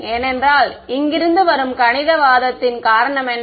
ஏனென்றால் இங்கிருந்து வரும் கணித வாதத்தின் காரணம் என்ன